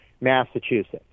Massachusetts